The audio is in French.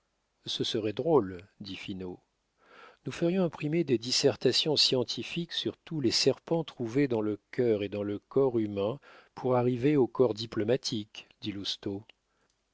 ce serait drôle dit finot nous ferions imprimer des dissertations scientifiques sur tous les serpents trouvés dans le cœur et dans le corps humain pour arriver au corps diplomatique